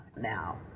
Now